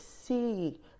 see